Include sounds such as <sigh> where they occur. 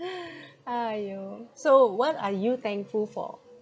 <laughs> !aiyo! so what are you thankful for